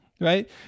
right